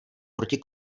proti